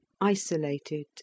isolated